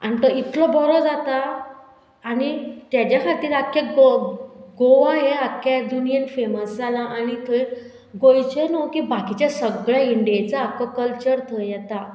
आनी तो इतलो बरो जाता आनी तेज्या खातीर आख्खें गो गोवा हें आख्खें दुनीयेंत फेमस जालां आनी थंय गोंयचें न्हू की बाकीचें सगळें इंडियेचो आख्खो कल्चर थंय येता